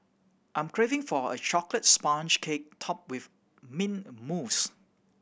I am craving for a chocolate sponge cake top with mint mousse